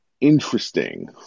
interesting